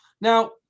Now